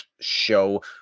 show